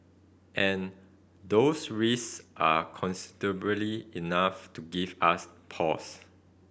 and those risks are considerably enough to give us pause